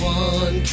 one